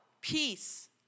peace